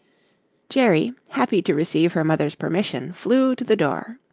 jerry, happy to receive her mother's permission, flew to the door.